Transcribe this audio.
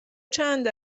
چند